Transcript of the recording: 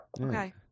Okay